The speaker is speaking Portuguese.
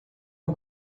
uma